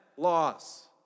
Loss